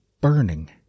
burning